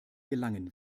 belangen